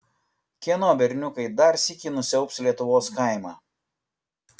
kieno berniukai dar sykį nusiaubs lietuvos kaimą